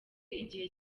igihe